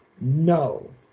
no